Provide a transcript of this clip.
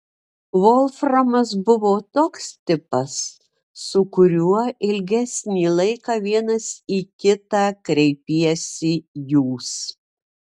volframas buvo toks tipas su kuriuo ilgesnį laiką vienas į kitą kreipiesi jūs